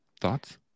thoughts